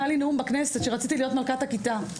היה לי נאום בכנסת שרציתי להיות מלכת הכיתה.